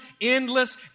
endless